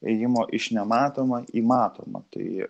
ėjimo iš nematoma į matoma tai